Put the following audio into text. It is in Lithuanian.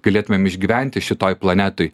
galėtumėm išgyventi šitoj planetoj